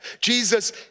Jesus